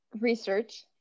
research